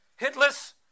hitless